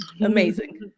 Amazing